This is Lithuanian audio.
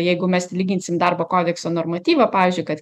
jeigu mes lyginsim darbo kodekso normatyvą pavyzdžiui kad